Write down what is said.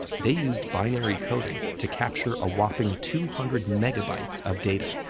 they used binary coding to capture a whopping two hundred megabytes of data,